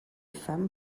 femmes